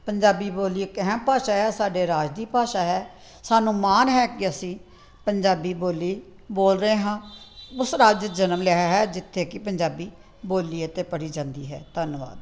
ਪੰਜਾਬੀ ਬੋਲੀ ਇੱਕ ਅਹਿਮ ਭਾਸ਼ਾ ਹੈ ਸਾਡੇ ਰਾਜ ਦੀ ਭਾਸ਼ਾ ਹੈ ਸਾਨੂੰ ਮਾਣ ਹੈ ਕਿ ਅਸੀਂ ਪੰਜਾਬੀ ਬੋਲੀ ਬੋਲ ਰਹੇ ਹਾਂ ਉਸ ਰਾਜ 'ਚ ਜਨਮ ਲਿਆ ਹੈ ਜਿੱਥੇ ਕਿ ਪੰਜਾਬੀ ਬੋਲੀ ਅਤੇ ਪੜ੍ਹੀ ਜਾਂਦੀ ਹੈ ਧੰਨਵਾਦ